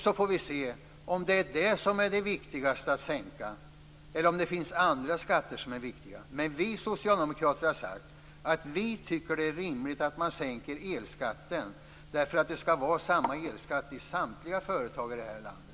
Så får vi se om det är den som är den viktigaste att sänka, eller om det finns andra skatter som är viktiga. Men vi socialdemokrater har sagt att vi tycker att det är rimligt att man sänker elskatten därför att det skall vara samma elskatt för samtliga företagare i det här landet.